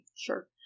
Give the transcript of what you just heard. Sure